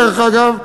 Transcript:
דרך אגב,